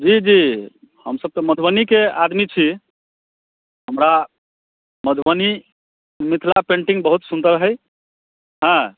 जी जी हमसभ तऽ मधुबनीके आदमी छी हमरा मधुबनी मिथिला पेन्टिंग बहुत सुन्दर हैय